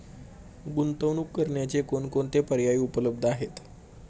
गुंतवणूक करण्याचे कोणकोणते पर्याय उपलब्ध आहेत?